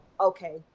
okay